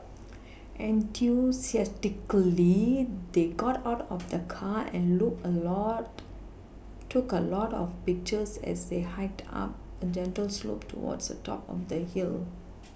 enthusiastically they got out of the car and look a lot took a lot of pictures as they hiked up a gentle slope towards the top of the hill